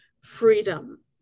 freedom